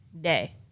day